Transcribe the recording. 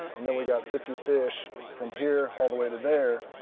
and then we got fifty fish from here all the way to there,